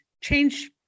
change